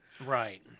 Right